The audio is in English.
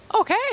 Okay